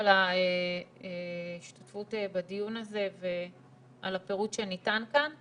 על ההשתתפות בדיון הזה ועל הפירוט שניתן כאן.